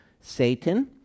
Satan